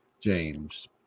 James